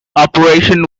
operation